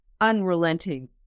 unrelenting